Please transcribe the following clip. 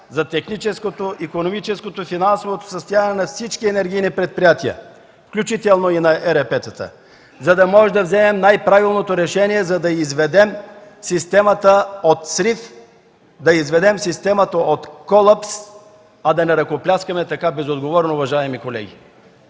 за техническото, икономическото и финансовото състояние на всички енергийни предприятия, включително и на ЕРП-тата, за да можем да вземем най-правилното решение и да изведем системата от срив, да я изведем от колапс, а не да ръкопляскаме така безотговорно, уважаеми колеги.